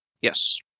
Yes